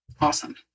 awesome